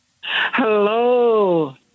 Hello